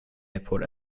airport